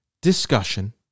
discussion